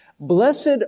Blessed